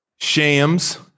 shams